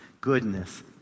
Goodness